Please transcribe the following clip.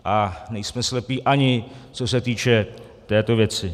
A nejsme slepí, ani co se týče této věci.